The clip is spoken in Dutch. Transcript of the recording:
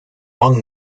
lang